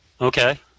Okay